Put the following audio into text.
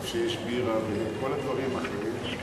איפה שיש בירה וכל הדברים האחרים,